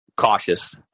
Cautious